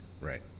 right